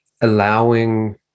allowing